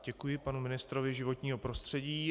Děkuji panu ministrovi životního prostředí.